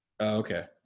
okay